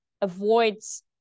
avoids